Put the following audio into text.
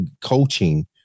coaching